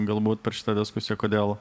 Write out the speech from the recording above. galbūt per šitą diskusiją kodėl